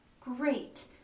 great